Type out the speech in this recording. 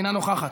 אינה נוכחת,